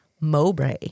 Mowbray